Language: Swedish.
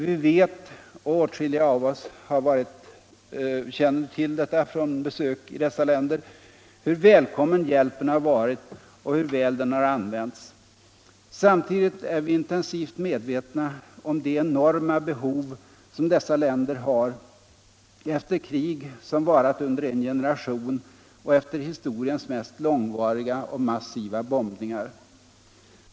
Vi vet — åtskilliga av oss från besök i dessa länder — hur välkommen hjälpen har varit och hur väl den har använts. Samtidigt är vi intensivt medvetna om de enorma behov som dessa länder har, efter krig som varat under en generation och efter historiens mest långvariga och massiva bombningar.